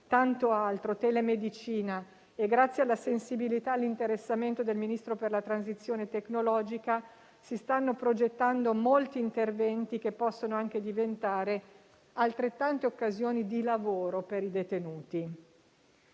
tanto altro, telemedicina) e, grazie alla sensibilità e all'interessamento del Ministro per l'innovazione tecnologica e la transizione digitale, si stanno progettando molti interventi che possono diventare altrettante occasioni di lavoro per i detenuti.